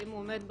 אם הוא עומד בו,